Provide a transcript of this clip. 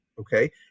okay